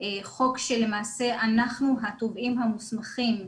חוק שלמעשה אנחנו התובעים המוסמכים,